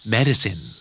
Medicine